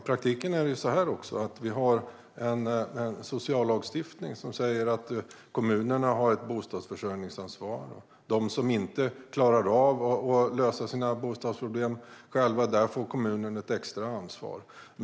Fru talman! I praktiken har vi en sociallagstiftning som säger att kommunerna har ett bostadsförsörjningsansvar. För dem som inte klarar av att själva lösa sina bostadsproblem har kommunerna ett extra ansvar.